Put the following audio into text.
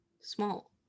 small